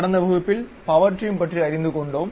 கடந்த வகுப்பில் power trim பற்றி அறிந்து கொண்டோம்